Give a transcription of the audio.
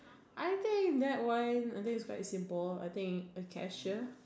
I think that one I think is quite simple I think a cashier